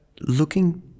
looking